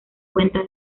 cuenta